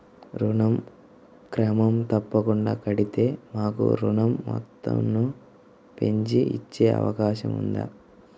ఋణం క్రమం తప్పకుండా కడితే మాకు ఋణం మొత్తంను పెంచి ఇచ్చే అవకాశం ఉందా?